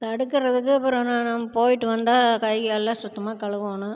தடுக்கிறதுக்கு அப்புறம் நானும் போய்விட்டு வந்தால் கை காலுல்லா சுத்தமாக கழுவணும்